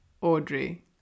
Audrey